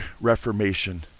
Reformation